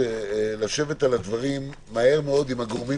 לשבת על הדברים במהירות עם הגורמים